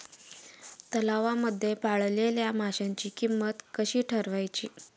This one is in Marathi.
तलावांमध्ये पाळलेल्या माशांची किंमत कशी ठरवायची?